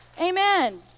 Amen